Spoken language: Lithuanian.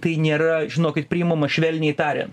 tai nėra žinokit priimama švelniai tariant